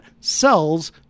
sells